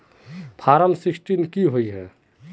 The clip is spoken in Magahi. फारम सिक्सटीन की होय?